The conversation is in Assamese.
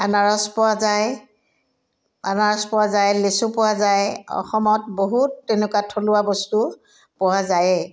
আনাৰস পোৱা যায় আনাৰস পোৱা যায় লিচু পোৱা যায় অসমত বহুত তেনেকুৱা থলুৱা বস্তু পোৱা যায়েই